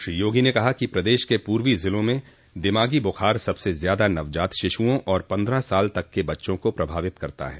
श्री योगी ने कहा कि प्रदेश के पूर्वी जिलों में दिमागी बुख़ार सबसे ज्यादा नवजात शिशुओं और पन्द्रह साल तक के बच्चों को प्रभावित करता है